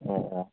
ꯑꯣ ꯑꯣ